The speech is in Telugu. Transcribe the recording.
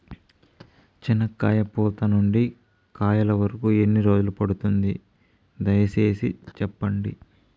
చెనక్కాయ పూత నుండి కాయల వరకు ఎన్ని రోజులు పడుతుంది? దయ సేసి చెప్పండి?